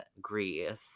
Greece